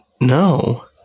No